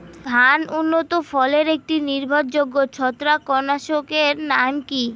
ধান উন্নত ফলনে একটি নির্ভরযোগ্য ছত্রাকনাশক এর নাম কি?